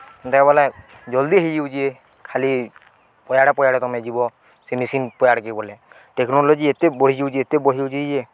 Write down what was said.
ସେନ୍ତା ବୋଇଲେ ଜଲ୍ଦି ହେଇଯାଉଛି ଖାଲି ପଆଡ଼େ ପଆଡ଼େ ତମେ ଯିବ ସେ ମେସିନ୍ ପଆଡ଼କେ ବଲେ ଟେକ୍ନୋଲୋଜି ଏତେ ବଢ଼ିଯାଉଛେ ଏତେ ବଢ଼ିଯାଉଛି ଯେ